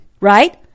right